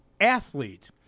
athlete